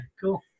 cool